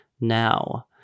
now